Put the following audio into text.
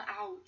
out